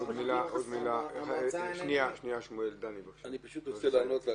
אני רוצה לענות לה,